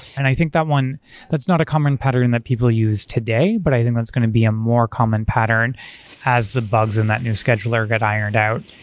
and i think that one that's not a common pattern that people use today, but i think that's going to be a more common pattern as the bugs in that new scheduler get ironed out.